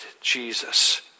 Jesus